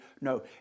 No